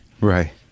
Right